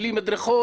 בלי מדרכות,